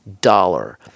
dollar